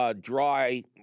dry